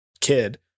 kid